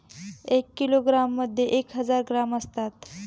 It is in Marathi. एक किलोग्रॅममध्ये एक हजार ग्रॅम असतात